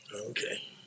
Okay